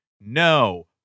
no